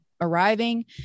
arriving